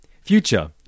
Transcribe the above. Future